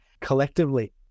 collectively